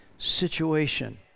situation